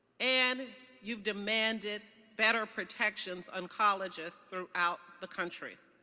and you've demanded better protections on colleges throughout the country.